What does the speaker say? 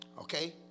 Okay